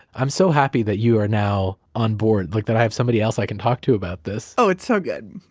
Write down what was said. i'm so happy that you are now on board, like that i have somebody else i can talk to about this oh, it's so good.